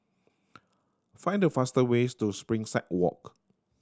find the fast ways to Springside Walk